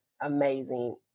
amazing